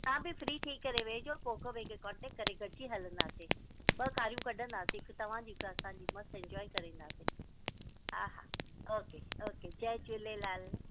तव्हां बि फ्री थी करे वेहिजो पोइ हिकु ॿे खे कॉन्टेक्ट करे गॾिजी हलंदासि ॿ गाॾियूं कढंदासि हिकु तव्हांजी हिकु असांजी मस्तु एंजॉय करे ईंदासि हा हा ओके ओके जय झूलेलाल